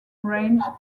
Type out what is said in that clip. range